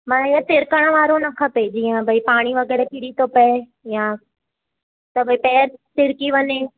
माना ही तिर्कनि वारो न खपे जीअं भई पाणी वग़ैरह किरी थो पिए या त भई पेरु सिरकी वञे